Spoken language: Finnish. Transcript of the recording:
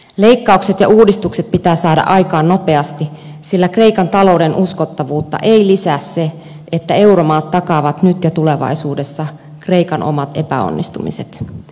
leikkaukset ja uudistukset pitää saada aikaan nopeasti sillä kreikan talouden uskottavuutta ei lisää se että euromaat takaavat nyt ja tulevaisuudessa kreikan omat epäonnistumiset